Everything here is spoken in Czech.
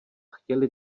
chtěli